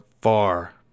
far